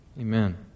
Amen